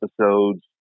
episodes